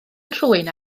nhrwyn